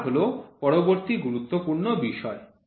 ছাড় হল পরবর্তী গুরুত্বপূর্ণ বিষয়